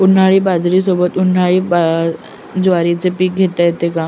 उन्हाळी बाजरीसोबत, उन्हाळी ज्वारीचे पीक घेता येते का?